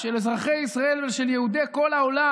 של אזרחי ישראל ושל יהודי כל העולם,